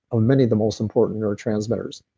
of many of the most important neurotransmitters.